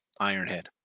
Ironhead